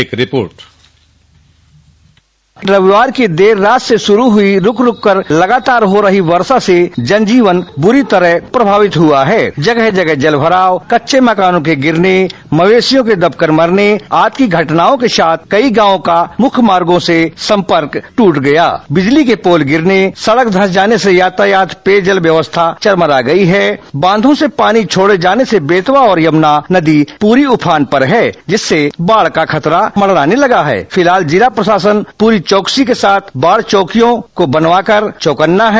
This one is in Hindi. एक रिपोर्ट रविवार की देर रात से शुरू हुई रुक रुक लगातार हो रही वर्षा से जनजीवन बुरी तरह प्रभावित हुआ है जगह जगह जलभराव कच्चे मकानों के गिरने मवेशियों के दब कर मरने आदि की घटनाओं के साथ कई गांवों का मुख्य मार्गों से समर्पक दूट गया बिजली के पोल गिरने सड़के धंस जाने से यातायात पेयजल ब्यवस्था चरमरा गयी है बांधों से पानी छोड़े जाने से बेतवा और यमुना नदी पूरी उफान पर हैं जिससे बाढ़ का खतरा मंडराने लगा है फिलहाल जिला प्रशासन पूरी चौकसी के साथ बाढ़ चौकियां बनवाकर चौकन्ना है